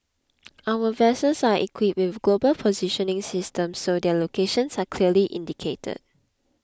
our vessels are equipped with global positioning systems so their locations are clearly indicated